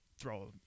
Throw